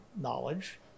knowledge